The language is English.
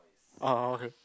oh okay